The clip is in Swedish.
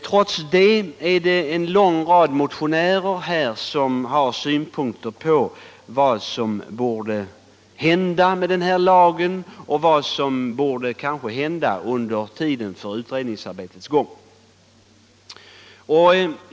Trots det har en lång rad motioner framfört synpunkter på vad som borde hända med jordförvärvslagen och vad som borde hända under den tid som utredningsarbetet pågår.